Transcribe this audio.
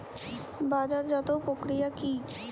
বাজারজাতও প্রক্রিয়া কি?